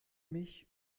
mich